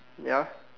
ya